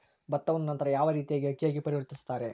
ಭತ್ತವನ್ನ ನಂತರ ಯಾವ ರೇತಿಯಾಗಿ ಅಕ್ಕಿಯಾಗಿ ಪರಿವರ್ತಿಸುತ್ತಾರೆ?